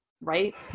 right